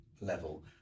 level